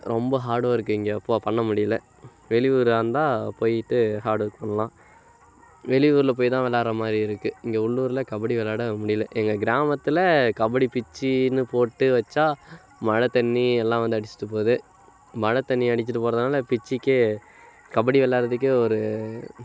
ரொம்ப hard work இங்கே அப்போது பண்ண முடியலை வெளியூராக இருந்தால் போய்ட்டு ஹார்டு ஒர்க் பண்ணலாம் வெளியூரில் போய் தான் விளாட்ற மாதிரி இருக்கு இங்கே உள்ளூரில் கபடி விளாட முடியலை எங்க கிராமத்துல கபடி பிட்ச்சினு போட்டு வைச்சா மழைத்தண்ணி எல்லாம் வந்து அடிச்சுட்டு போகுது மழைத்தண்ணி அடிச்சுட்டு போகிறதுனால பிட்ச்சுக்கே கபடி வெளாட்றதுக்கே ஒரு